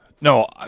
No